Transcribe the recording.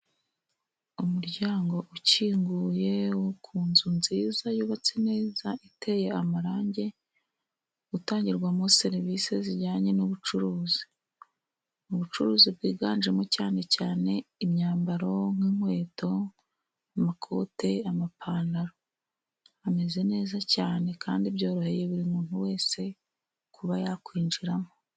Umuryango ukinguye wo ku nzu nziza yubatse neza iteye amarangi. Utangirwamo serivisi zijyanye n'ubucuruzi. Ni bucuruzi bwiganjemo cyane cyane imyambaro nk'inkweto, amakote, amapantaro. Hameze neza cyane kandi byoroheye buri muntu wese kuba yakwinjiramo.